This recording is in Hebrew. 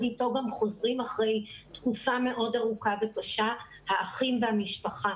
איתו גם חוזרים אחרי תקופה מאוד ארוכה וקשה האחים והמשפחה.